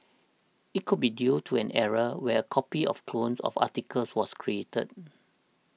it could be due to an error where copy of clone of the articles was created